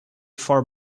four